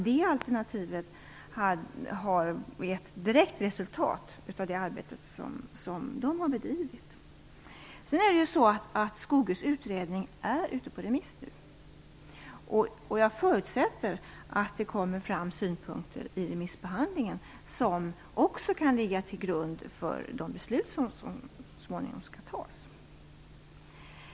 Det alternativet är alltså ett direkt resultat av det arbete som Svenska naturskyddsföreningen har bedrivit. Skogös utredning är nu ute på remiss. Jag förutsätter att det kommer fram synpunkter vid denna remissbehandling som också kan ligga till grund för de beslut som så småningom skall fattas.